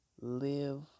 live